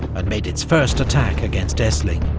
and made its first attack against essling,